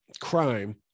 crime